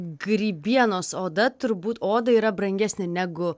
grybienos oda turbūt oda yra brangesnė negu